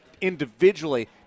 individually